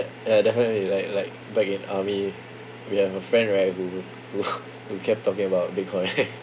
ya definitely like like back in army we have a friend right who who who who kept talking about bitcoin